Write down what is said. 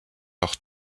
leur